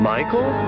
Michael